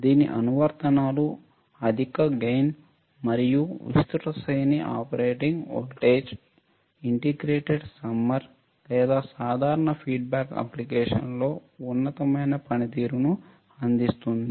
దీని అనువర్తనాలు అధిక లాభం మరియు విస్తృత శ్రేణి ఆపరేటింగ్ వోల్టేజ్ ఇంటిగ్రేటర్ సమ్మర్ లేదా సాధారణ ఫీడ్బ్యాక్ అప్లికేషన్ లో ఉన్నతమైన పనితీరును అందిస్తుంది